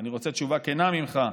ואני רוצה תשובה כנה ממך,